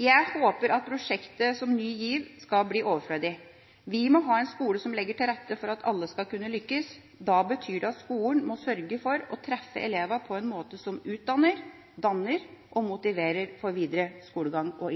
Jeg håper at prosjekt som Ny GIV skal bli overflødige. Vi må ha en skole som legger til rette for at alle skal kunne lykkes. Da betyr det at skolen må sørge for å treffe elevene på en måte som utdanner, danner og motiverer for videre skolegang og